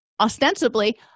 ostensibly